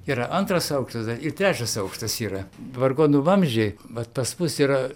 yra antras aukštas ir trečias aukštas yra vargonų vamzdžiai vat pas mus yra